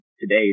today